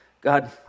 God